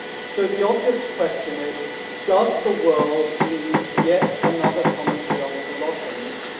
so the obvious question is does the world need yet another commentary on colossians?